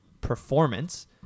performance